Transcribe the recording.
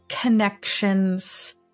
connections